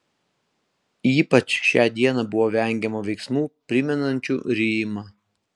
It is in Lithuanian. ypač šią dieną buvo vengiama veiksmų primenančių rijimą